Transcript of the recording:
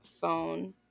phone